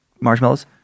marshmallows